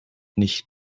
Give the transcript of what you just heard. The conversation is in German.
nicht